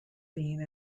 being